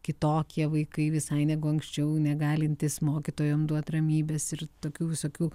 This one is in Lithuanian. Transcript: kitokie vaikai visai negu anksčiau negalintys mokytojam duot ramybės ir tokių visokių